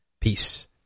peace